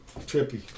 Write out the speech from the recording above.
trippy